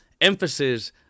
emphasis